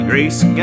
Grace